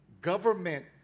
government